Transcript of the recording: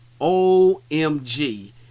OMG